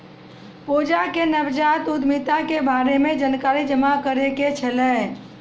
पूजा के नवजात उद्यमिता के बारे मे जानकारी जमा करै के छलै